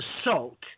assault